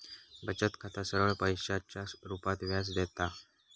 बचत खाता सरळ पैशाच्या रुपात व्याज देता